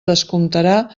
descomptarà